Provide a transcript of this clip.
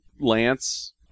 lance